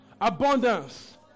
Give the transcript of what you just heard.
Abundance